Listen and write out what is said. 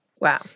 Wow